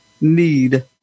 need